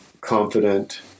confident